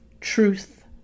truth